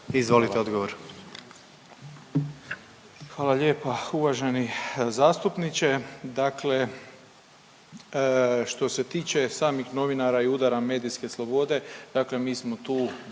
Ivan (HDZ)** Hvala lijepa. Uvaženi zastupniče, dakle što se tiče samih novinara i udara medijske slobode, dakle mi smo tu